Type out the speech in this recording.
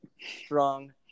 strong